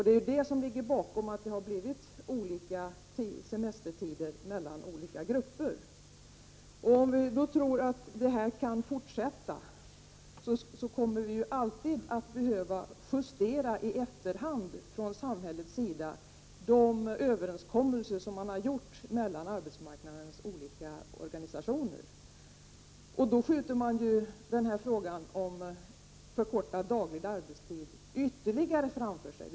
Det är detta som ligger bakom det faktum att olika grupper har olika långa tider för sin semester. Om vi låter detta fortsätta, så kommer vi alltid från samhällets sida att i efterhand behöva justera de överenskommelser som gjorts mellan arbetsmarknadens olika organisationer. På det sättet skjuter man denna fråga om förkortad daglig arbetstid ytterligare framför sig.